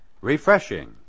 refreshing